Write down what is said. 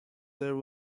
there